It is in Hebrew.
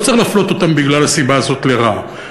לא צריך להפלות אותם בגלל הסיבה הזאת לרעה.